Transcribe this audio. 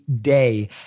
Day